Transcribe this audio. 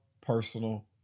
personal